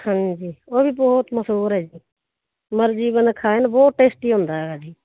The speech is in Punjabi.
ਹਾਂਜੀ ਉਹ ਵੀ ਬਹੁਤ ਮਸੂਰ ਹੈ ਜੀ ਮਰਜ਼ੀ ਬਨ ਖਾਏ ਨੂੰ ਬਹੁਤ ਟੇਸਟੀ ਹੁੰਦਾ ਹੈਗਾ ਜੀ